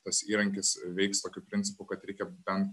tas įrankis veiks tokiu principu kad reikia bent